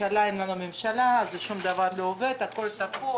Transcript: הממשלה אינה ממשלה, שום דבר לא עובד, הכול תקוע.